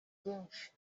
byinshi